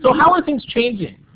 so how are things changing?